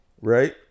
Right